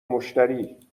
مشتری